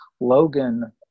Logan